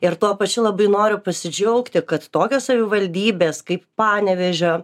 ir tuo pačiu labai noriu pasidžiaugti kad tokios savivaldybės kaip panevėžio